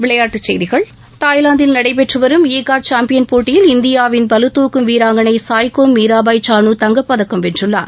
விளையா்ட்டுக் செய்திகள் தாய்லாந்தில் நடைபெற்று வரும் ஈ காட் சாம்பியன் போட்டிகளில் இந்தியாவின் பளுதூக்கும் வீராங்கனை சாய்கோம் மீராபாய் சானு தங்கப்பதக்கம் வென்றுள்ளார்